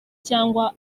cyangwa